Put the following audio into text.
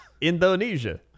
Indonesia